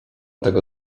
tego